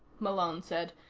malone said.